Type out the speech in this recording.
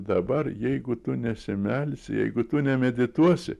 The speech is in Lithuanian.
dabar jeigu tu nesimelsi jeigu tu nemedituosi